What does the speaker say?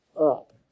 up